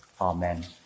Amen